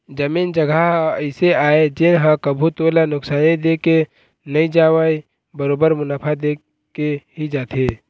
जमीन जघा ह अइसे आय जेन ह कभू तोला नुकसानी दे के नई जावय बरोबर मुनाफा देके ही जाथे